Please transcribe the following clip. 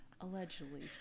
allegedly